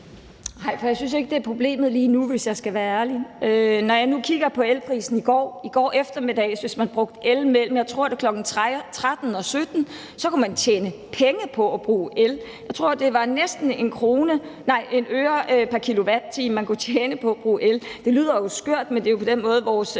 Nej, for jeg synes ikke, det er problemet lige nu, hvis jeg skal være ærlig. Jeg kiggede på elprisen i går eftermiddags. Hvis man brugte el mellem kl. 13 og kl. 17, tror jeg det var, kunne man tjene penge på at bruge el. Jeg tror, det var næsten en øre pr. kilowatt-time, man kunne tjene på at bruge el. Det lyder jo skørt, men det er den måde, vores